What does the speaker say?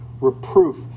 reproof